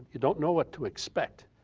you don't know what to expect,